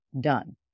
done